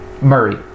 Murray